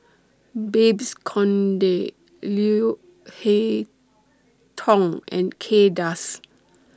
Babes Conde Leo Hee Tong and Kay Das